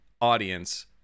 audience